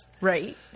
Right